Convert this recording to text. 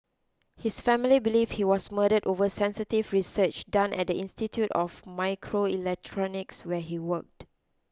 his family believe he was murdered over sensitive research done at the Institute of Microelectronics where he worked